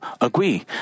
agree